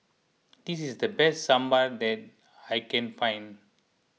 this is the best Sambar that I can find